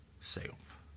self